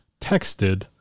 texted